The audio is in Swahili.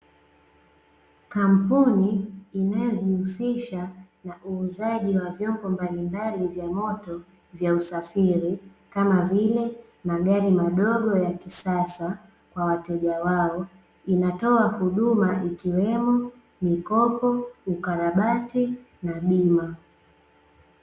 Kampuni inayojihusisha na uuzaji wa vyombo mbalimbali vya moto vya usafiri, kama vile magari madogo ya kisasa kwa wateja wao, inatoa huduma ikiwemo; mikopo, ukarabati na bima.